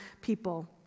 people